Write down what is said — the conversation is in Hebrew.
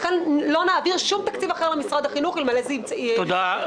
לכן לא נעביר שום תקציב אחר למשרד החינוך אלמלא יימצא פתרון.